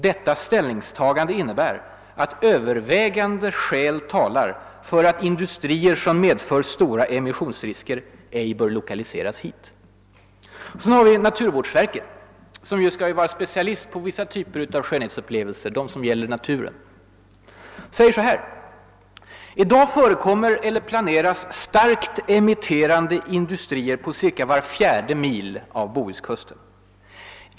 Detta ställningstagande innebär att övervägande skäl talar för att industrier som medför stora immissionsrisker ej bör lokaliseras hit.» Sedan har vi naturvårdsverket, där man ju helst skall vara specialister på vissa typer av skönhetsupplevelser, nämligen de som gäller naturen. Där skriver man så här: »I dag förekommer eller planeras starkt emmiterande industrier på ca var fjärde mil av Bohuskusten.